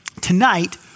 Tonight